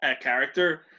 character